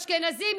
אשכנזים,